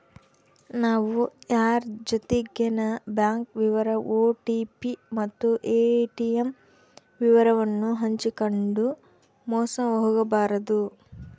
ನಾವು ಯಾರ್ ಜೊತಿಗೆನ ಬ್ಯಾಂಕ್ ವಿವರ ಓ.ಟಿ.ಪಿ ಮತ್ತು ಏ.ಟಿ.ಮ್ ವಿವರವನ್ನು ಹಂಚಿಕಂಡು ಮೋಸ ಹೋಗಬಾರದು